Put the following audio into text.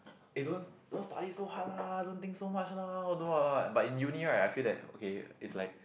eh don't don't study so hard lah don't think so much lah all the what what but in uni right I feel that okay it's like